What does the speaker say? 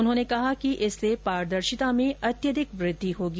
उन्होंने कहा कि इससे पारदर्शिता में अत्यधिक वृद्धि होगी